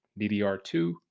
DDR2